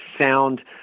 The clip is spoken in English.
sound